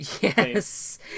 Yes